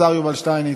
השר יובל שטייניץ.